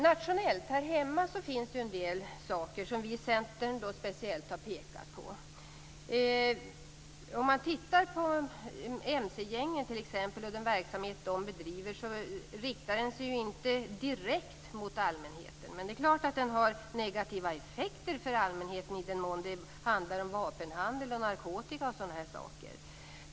Nationellt finns det en del saker som vi i Centern har pekat på. Mc-gängens verksamhet riktar sig inte direkt mot allmänheten. Det är klart att den har negativa effekter för allmänheten i den mån det gäller vapenhandel och narkotika.